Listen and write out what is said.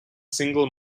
single